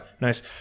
nice